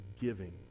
giving